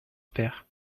père